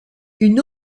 une